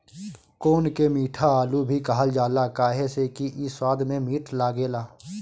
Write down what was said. कोन के मीठा आलू भी कहल जाला काहे से कि इ स्वाद में मीठ लागेला